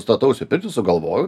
statausi pirtį sugalvojau